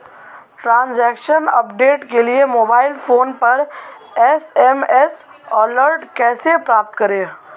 Transaction update के लिए mobile phone पर एस.एम.एस अलर्ट कैसे प्राप्त करें?